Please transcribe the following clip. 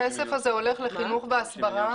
הכסף הזה הולך לחינוך והסברה.